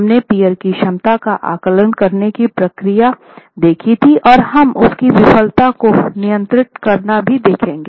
हमने पीअर की क्षमता का आकलन करने की प्रक्रिया देखी थी और हम उसकी विफलता को नियंत्रित करना भी देखेंगे